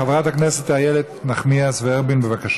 חברת הכנסת איילת נחמיאס ורבין, בבקשה.